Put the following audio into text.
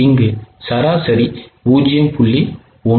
இங்கு சராசரி 0